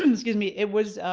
um excuse me, it was